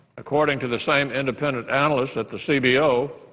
according to the same independent analysts at the c b o,